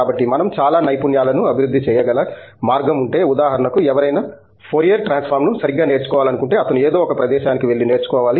కాబట్టి మనం చాలా నైపుణ్యాలను అభివృద్ధి చేయగల మార్గం ఉంటే ఉదాహరణకు ఎవరైనా ఫోరియర్ ట్రాన్స్ఫార్మ్ ను సరిగ్గా నేర్చుకోవాలనుకుంటే అతను ఏదో ఒక ప్రదేశానికి వెళ్లి నేర్చుకోవాలి